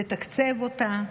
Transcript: לתקצב אותה,